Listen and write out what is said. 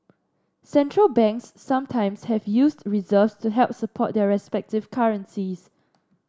central banks sometimes have used reserves to help support their respective currencies